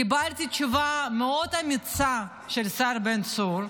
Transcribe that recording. קיבלתי תשובה מאוד אמיצה של השר בן צור,